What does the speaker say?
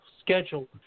schedule